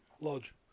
Lodge